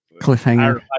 cliffhanger